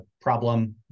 problem